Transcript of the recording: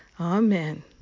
Amen